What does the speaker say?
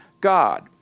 God